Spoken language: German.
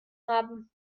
haben